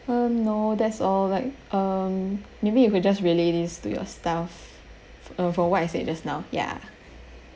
mm no that's all like um maybe you could just relay this to your staff uh for what I said just now ya